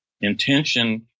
Intention